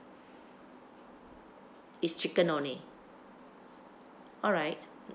it's chicken only alright